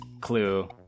clue